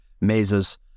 mazes